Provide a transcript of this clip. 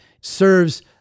serves